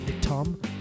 Tom